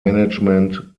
management